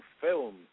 film